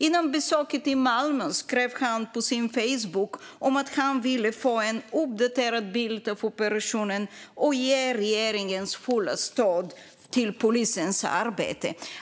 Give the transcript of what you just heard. Före besöket i Malmö skrev han på sin Facebook om att han ville få en uppdaterad bild av operationen och ge regeringens fulla stöd till polisens arbete.